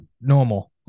normal